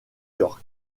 york